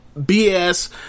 BS